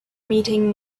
meeting